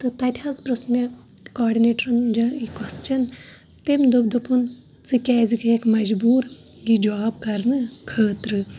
تہٕ تَتہِ حظ پِرُژھ مےٚ کاڈِنیٹرَن جَ یہِ کوٚسچَن تٔمۍ دوٚپ دوٚپُن ژٕ کیٛازِ گٔیَکھ مجبوٗر یہِ جاب کَرنہٕ خٲطرٕ